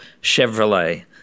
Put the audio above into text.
Chevrolet